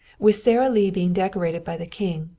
with sara lee being decorated by the king,